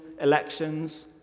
elections